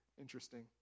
interesting